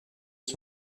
les